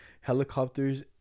helicopters